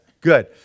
good